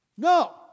No